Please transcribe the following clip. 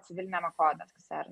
civiliniame kodekse ar